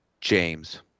James